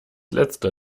letzter